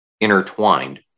intertwined